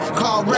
call